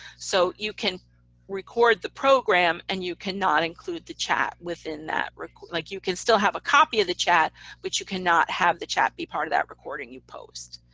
so you can record the program, and you cannot include the chat within that, like you can still have a copy of the chat which you cannot have the chat be part of that recording you post.